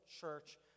church